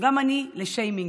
גם אני לשיימינג,